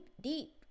deep